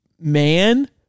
man